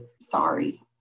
sorry